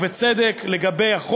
ובצדק,